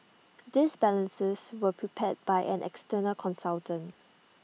these balances were prepared by an external consultant